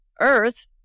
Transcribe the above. earth